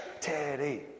Teddy